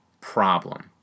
problem